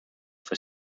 for